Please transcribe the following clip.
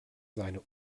seine